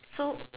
so